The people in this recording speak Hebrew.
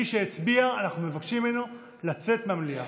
מי שהצביע, אנחנו מבקשים ממנו לצאת מהמליאה.